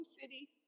city